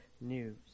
news